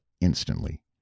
instantly